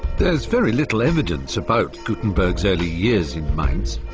there's very little evidence about gutenberg's early years in mainz.